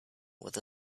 with